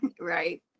Right